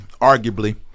arguably